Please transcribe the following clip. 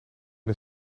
een